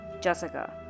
Jessica